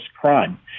crime